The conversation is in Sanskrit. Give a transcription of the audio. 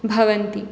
भवन्ति